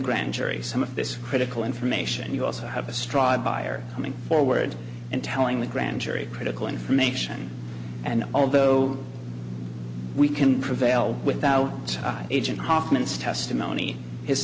grand jury some of this critical information you also have a straw buyer coming forward and telling the grand jury critical information and although we can prevail without agent hoffman's testimony his